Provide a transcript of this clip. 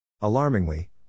Alarmingly